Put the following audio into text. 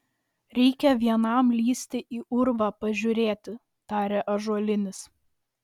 reikia vienam lįsti į urvą pažiūrėti tarė ąžuolinis